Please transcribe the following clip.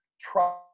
try